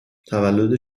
تولد